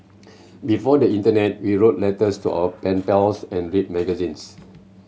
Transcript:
before the internet we wrote letters to our pen pals and read magazines